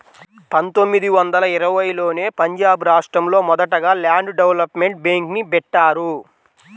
పందొమ్మిది వందల ఇరవైలోనే పంజాబ్ రాష్టంలో మొదటగా ల్యాండ్ డెవలప్మెంట్ బ్యేంక్ని బెట్టారు